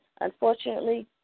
unfortunately